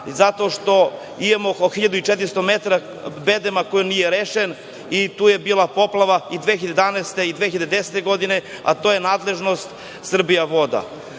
zato što imamo oko 1.400 metara bedema koji nije rešen? Tu je bila poplava i 2011, i 2010. godina, a to je nadležnost „Srbijavoda“?